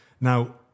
Now